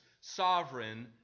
sovereign